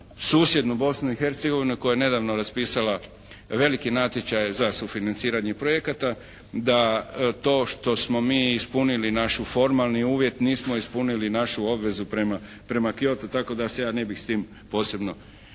susjednu Bosnu i Hercegovinu koja je nedavno raspisala veliki natječaj za sufinanciranje projekata da to što smo mi ispunili naš formalni uvjet nismo ispunili našu obvezu prema Kyotu. Tako da se ja ne bih s time posebno hvalio.